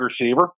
receiver